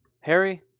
Harry